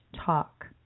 talk